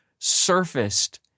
surfaced